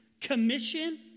commission